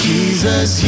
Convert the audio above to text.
Jesus